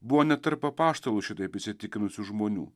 buvo net tarp apaštalų šitaip įsitikinusių žmonių